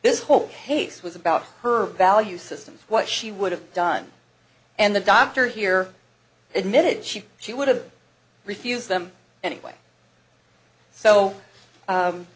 this whole case was about her value system what she would have done and the doctor here admitted she she would have refused them anyway so